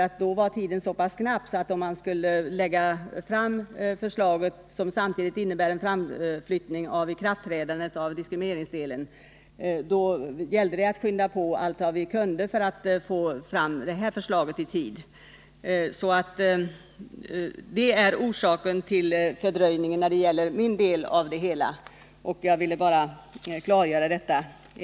Tiden var så knapp att om man skulle lägga fram förslaget — som samtidigt innebar en framflyttning av ikraftträdandet av diskrimineringsdelen — så gällde det att skynda på allt vad vi kunde för att få fram förslaget i tid. Det är orsaken till fördröjningen när det gäller min del av handläggningen. Jag ville bara klargöra det.